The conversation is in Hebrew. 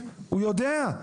הוא יודע,